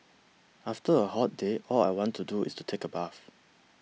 after a hot day all I want to do is to take a bath